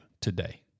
today